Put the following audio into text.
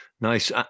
Nice